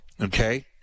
Okay